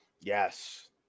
yes